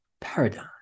paradigm